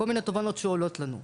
כול מיני תובנות שעולות לנו.